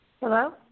Hello